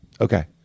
Okay